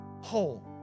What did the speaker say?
whole